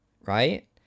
Right